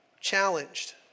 challenged